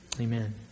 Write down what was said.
Amen